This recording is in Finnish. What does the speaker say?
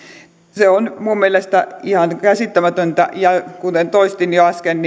se on minun mielestäni ihan käsittämätöntä ja kuten toistin jo äsken